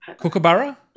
Kookaburra